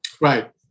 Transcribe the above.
right